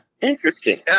interesting